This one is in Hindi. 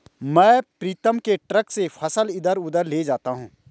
मैं प्रीतम के ट्रक से फसल इधर उधर ले जाता हूं